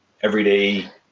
everyday